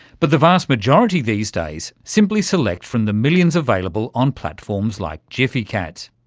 but the vast majority these days simply select from the millions available on platforms like gfycat.